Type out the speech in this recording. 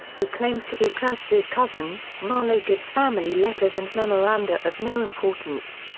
who claims to be kurtz's cousin, marlow gives family letters and memoranda of no importance.